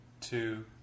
two